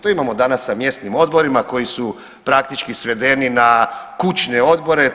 To imamo danas sa mjesnim odborima koji su praktički svedeni na kućne odbore.